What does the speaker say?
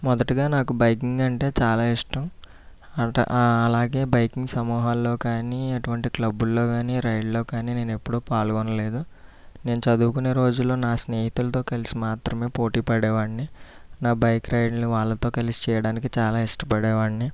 మొదటిగా నాకు బైకింగ్ అంటే చాలా ఇష్టం అం అలాగే బైకింగ్ సమూహాల్లో కానీ ఎటువంటి క్లబ్బుల్లో కానీ రైడ్ల్లో కానీ నేను ఎప్పుడూ పాల్గొనలేదు నేను చదువుకునే రోజుల్లో నా స్నేహితులతో కలిసి మాత్రమే పోటీ పడేవాడ్ని నా బైక్ రైడ్లు వాళ్ళతో కలిసి చేయడానికి చాలా ఇష్ట పడేవాడ్ని